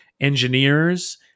engineers